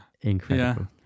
incredible